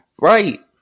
Right